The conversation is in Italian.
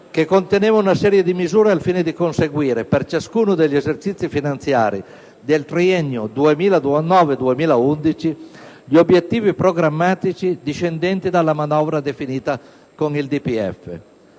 che conteneva una serie di misure al fine di conseguire per ciascuno degli esercizi finanziari nel triennio 2009-2011 gli obiettivi programmatici discendenti dalla manovra definita con il DPEF.